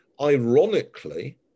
Ironically